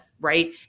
right